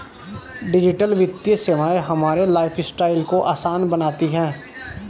digital वित्तीय सेवाएं हमारे लाइफस्टाइल को आसान बनाती हैं